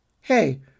Hey